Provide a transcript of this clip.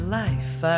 life